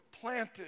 planted